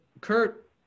Kurt